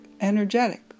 energetic